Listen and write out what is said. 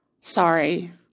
Sorry